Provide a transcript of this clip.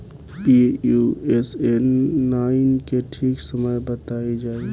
Pusa nine के ठीक समय बताई जाई?